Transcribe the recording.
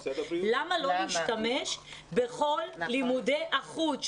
למה לא להשתמש בכל לימודי החוץ.